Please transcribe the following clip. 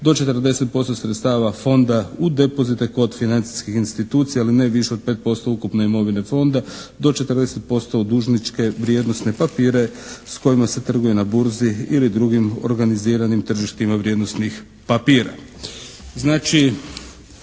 do 40% sredstava Fonda u depozite kod financijskih institucija, ali ne više od 5% ukupne imovine Fonda, do 40% u dužničke vrijednosne papire s kojima se trguje na burzi ili drugim organiziranim tržištima vrijednosnih papira.